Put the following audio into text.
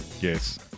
yes